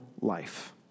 life